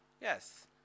Yes